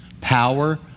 power